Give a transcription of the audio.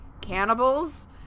cannibals